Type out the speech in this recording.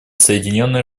соединенные